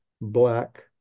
black